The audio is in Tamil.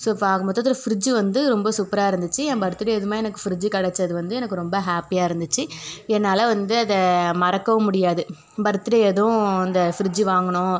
ஸோ இப்போ ஆக மொத்தத்தில் ஃப்ரிட்ஜு வந்து ரொம்ப சூப்பராக இருந்துச்சு என் பர்த்து டே அதுவுமாக எனக்கு ஃப்ரிட்ஜு கிடச்சது வந்து எனக்கு ரொம்ப ஹாப்பியாக இருந்துச்சு என்னால் வந்து அதை மறக்கவும் முடியாது பர்த் டே அதுவும் அந்த ஃப்ரிட்ஜு வாங்கினோம்